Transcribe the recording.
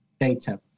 data